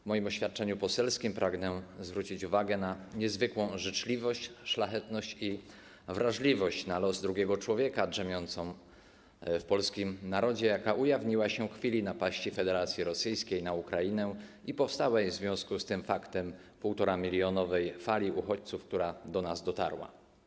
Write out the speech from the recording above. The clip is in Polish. W moim oświadczeniu poselskim pragnę zwrócić uwagę na niezwykłą życzliwość, szlachetność i wrażliwość na los drugiego człowieka drzemiące w polskim narodzie, jakie ujawniły się w chwili napaści Federacji Rosyjskiej na Ukrainę i powstania w związku z tym faktem 1,5-milionowej fali uchodźców, która do nas dotarła.